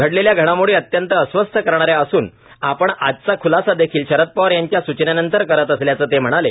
घडलेल्या घडामोडी अत्यंत अस्वस्थ करणा या असून आपण आजचा खुलासा देखील शरद पवार यांच्या सूचनेनंतर करत असल्याचं ते म्हणाले